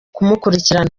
kumukurikirana